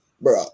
bro